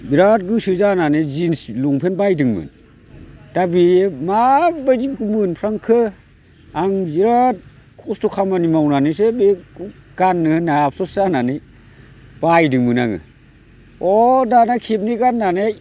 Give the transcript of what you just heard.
बिराद गोसो जानानै जिन्स लंफेन्ट बायदोंमोन दा बेयो माबायदिखौ मोनफ्रांखो आं जा खस्थ' खामानि मावनानैसो बेखौ गाननो होनना आफस'स जानानै बायदोंमोन आङो ह' दाना खेबनै गाननानै